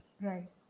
Right